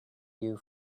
you